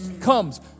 comes